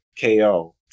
KO